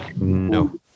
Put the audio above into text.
No